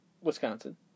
Wisconsin